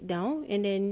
have you tried this